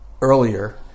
earlier